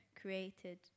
created